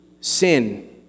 sin